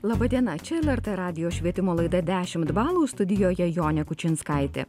laba diena čia lrt radijo švietimo laida dešimt balų studijoje jonė kučinskaitė